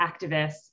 activists